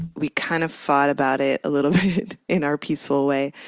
we kind of fought about it a little bit in our peaceful way.